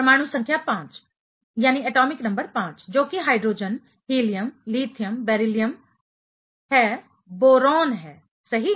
परमाणु संख्या 5 जो कि हाइड्रोजन हीलियम लिथियम बेरिलियम है बोरान है सही